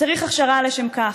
שצריך הכשרה לשם כך?